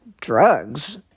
drugs